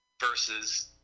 versus